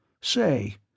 Say